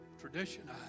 tradition